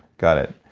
got it.